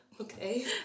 Okay